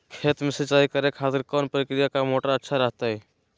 खेत में सिंचाई करे खातिर कौन प्रकार के मोटर अच्छा रहता हय?